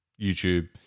YouTube